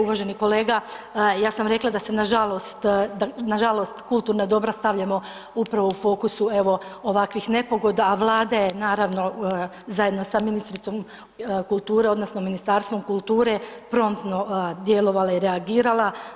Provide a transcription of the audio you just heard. Uvaženi kolega, ja sam rekla da se nažalost, nažalost kulturna dobra stavljamo upravo u fokusu evo ovakvih nepogoda, a Vlada je naravno zajedno sa ministricom kulture odnosno Ministarstvom kulture promptno djelovala i reagirala.